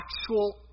actual